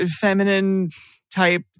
feminine-type